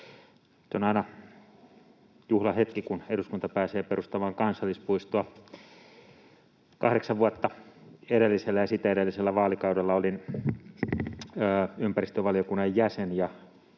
On aina juhlahetki, kun eduskunta pääsee perustamaan kansallispuistoa. Kahdeksan vuotta, edellisellä ja sitä edellisellä vaalikaudella, olin ympäristövaliokunnan jäsen,